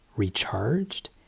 recharged